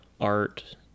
art